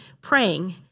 praying